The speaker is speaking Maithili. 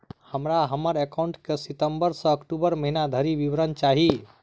हमरा हम्मर एकाउंट केँ सितम्बर सँ अक्टूबर महीना धरि विवरण चाहि?